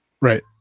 right